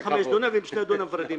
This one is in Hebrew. חייתי מחמש דונם, ועם שני דונם גם אז,